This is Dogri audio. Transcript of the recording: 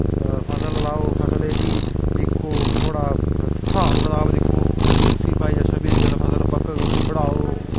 फसल लाओ फसलै कि दिक्खो नोह्ड़ा स्हाब कताब दिक्खो उसी भाई अच्छा फ्ही जिल्लै फसल पक्कग उसी बडाओ